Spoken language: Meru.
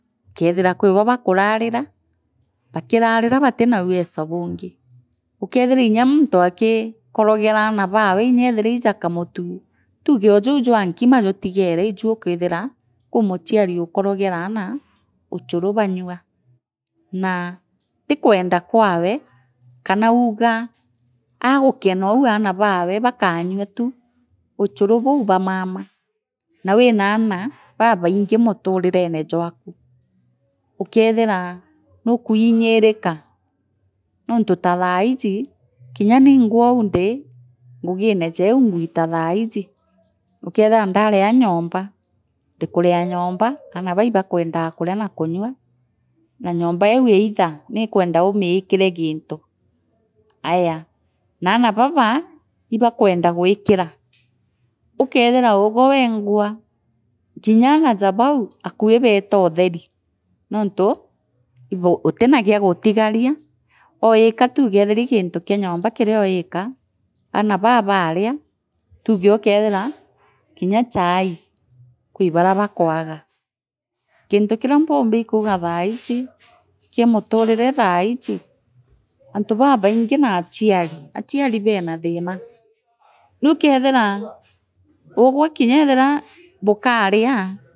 Bugachemania bwarie bubange ara gutaa gatathondeki bwega bukethira bukagwatanira bukeera tuthithie oju nooju bukathithia nontu igiita riu irio rithaita babingi nya baria baandiki tuge kwa thirikali irio baakwoneka kou ulini imbigagua nkeni riria tuuchemania nontu nithaira ibuguchemani bukariria jairi jathatu nooau uu kwi muntu uinyikirite antu nwithaira ibukumuthia bukana uria bukamutethia bukamutethia ethira ija njenu kwio bubati eeni bwethira bukugwatanira kwi aria bukuuga buthondeke antu bukagwatanira oo au tu buthondeke bwathondeke na nkuruki kii kuthondeka guchenekaa guku nwigagwa atleast kinya irio biki merukaa nontu nwithaira kwirione wii wenka tuge inya naria uri eethirwe kwi mantu nya jaria jaraguskuma nontu utinookwira kaana oti we umba ikweikweresola untu buu lakini riria bwachemania nwithaira kwii uriokwira nag ii family bwariontu thairia nwigagu inya nkoro eku ikunaguka.